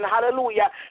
Hallelujah